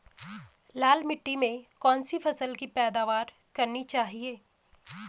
लाल मिट्टी में कौन सी फसल की पैदावार करनी चाहिए?